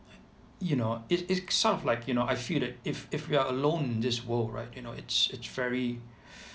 you know it it's sort of like you know I feel that if if we are alone in this world right you know it's it's very